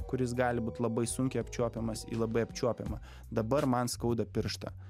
kuris gali būt labai sunkiai apčiuopiamas į labai apčiuopiamą dabar man skauda pirštą